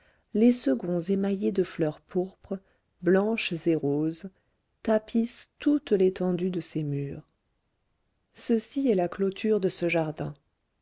les seconds émaillés de fleurs pourpres blanches et roses tapisse toute l'étendue de ces murs ceci est la clôture de ce jardin